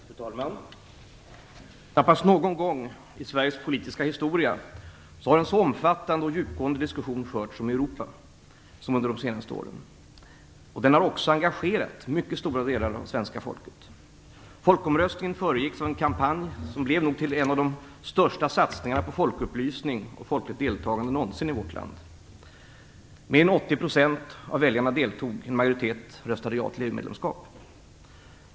Fru talman! Knappast någon gång i Sveriges politiska historia har en så omfattande och djupgående diskussion förts om Europa som under de senaste åren. Den har också engagerat mycket stora delar av svenska folket. Folkomröstningen föregicks av en kampanj som nog blev till en av de största satsningar på folkupplysning och folkligt deltagande någonsin i vårt land. Mer än 80 % av väljarna deltog, och en majoritet röstade ja till EU-medlemskap.